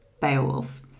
beowulf